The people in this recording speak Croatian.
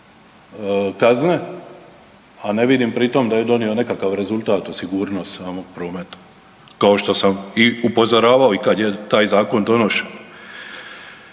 kazne, a ne vidim pritom da je donio nekakav rezultat u sigurnosti samog prometa kao što sam upozoravao i kad je taj zakon donošen.